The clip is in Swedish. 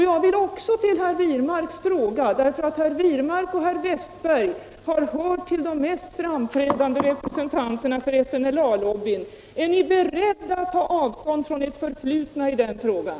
Jag vill också fråga herr Wirmark, eftersom herr Wirmark och herr Wästberg hör till de mest framträdande representanterna för FNLÅLA-lobbyn: Är ni beredda att ta avstånd från ert förflutna i den frågan?